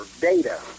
data